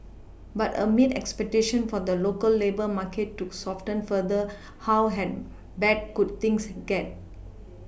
but amid expectations for the local labour market to soften further how had bad could things get